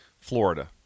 Florida